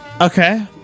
Okay